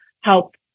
help